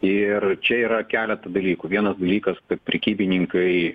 ir čia yra keletą dalykų vienas dalykas kad prekybininkai